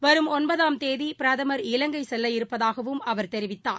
வரும் ஒன்பதாம் தேதிபிரதமர் இலங்கைசெல்லவிருப்பதாகவும் அவர் தெரிவித்தார்